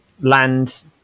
land